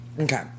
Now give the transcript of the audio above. okay